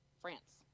France